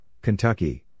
Kentucky